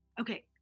Okay